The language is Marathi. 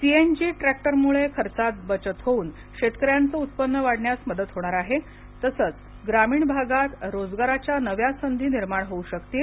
सीएनजी ट्रॅक्टरमुळे खर्चात बचत होऊन शेतकऱ्यांच उत्पन्न वाढण्यास मदत होणार आहे तसंच ग्रामीण भागात रोजगाराच्या नव्या संधी निर्माण होऊ शकतील